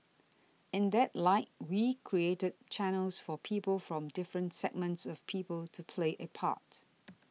in that light we created channels for people from different segments of people to play a part